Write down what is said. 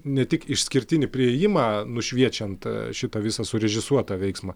ne tik išskirtinį priėjimą nušviečiant šitą visą surežisuotą veiksmą